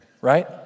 Right